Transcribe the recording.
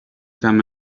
come